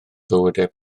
bywydau